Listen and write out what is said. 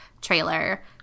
trailer